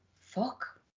fuck